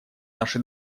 наши